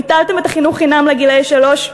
ביטלתם את החינוך חינם לגילאי שלוש,